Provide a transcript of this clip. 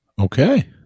Okay